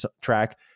track